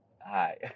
hi